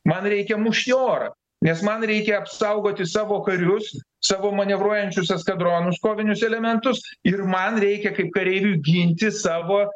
man reikia mušti orą nes man reikia apsaugoti savo karius savo manevruojančius eskadronus kovinius elementus ir man reikia kaip kareiviui ginti savo